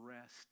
rest